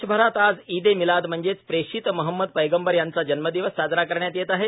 देशभरात आज ईद ए मिलाद म्हणजेच प्रेषित महम्मद पैगंबर यांचा जन्मदिवस साजरा करण्यात येत आहे